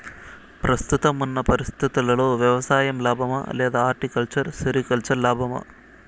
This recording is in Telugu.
ప్రస్తుతం ఉన్న పరిస్థితుల్లో వ్యవసాయం లాభమా? లేదా హార్టికల్చర్, సెరికల్చర్ లాభమా?